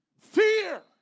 fear